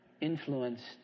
influenced